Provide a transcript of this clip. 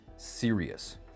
serious